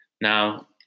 Now